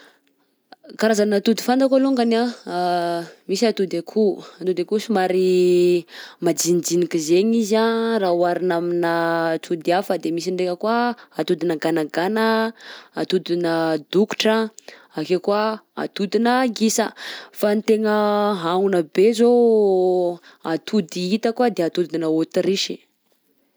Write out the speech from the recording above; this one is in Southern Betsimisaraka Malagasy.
Karazana atody fantako alongany anh, misy atody akoho, atody akoho somary majinijinika zaigny izy anh raha oharina aminà atody hafa, de misy ndraika koa atodinà ganagana, atodinà dokotra, akeo koa atodinà gisa, fa ny tegna ahona be izao atody hitako anh de atodinà autruche.